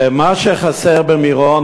ומה שחסר במירון,